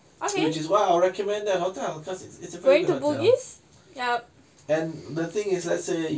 which is why I would recommend that hotel because it's it's a very good hotel and the thing is let's say